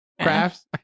Crafts